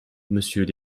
monsieur